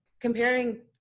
comparing